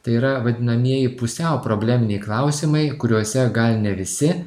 tai yra vadinamieji pusiau probleminiai klausimai kuriuose gal ne visi